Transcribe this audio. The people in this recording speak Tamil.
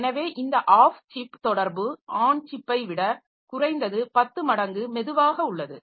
எனவே இந்த ஆஃப் சிப் தொடர்பு ஆன் சிப்பை விட குறைந்தது 10 மடங்கு மெதுவாக உள்ளது